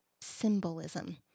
symbolism